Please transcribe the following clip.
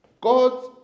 God